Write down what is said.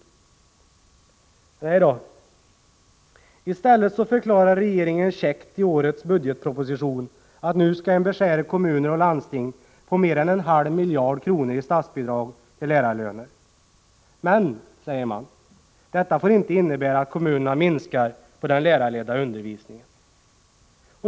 Men nej då, i stället förklarar regeringen käckt i årets budgetproposition att nu skall man beskära kommuner och landsting på mer än en halv miljard kronor i statsbidrag till lärarlöner. Men, säger man, detta får inte innebära att kommunerna minskar på den lärarledda undervisningen.